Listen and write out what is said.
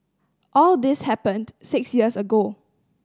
all this happened six years ago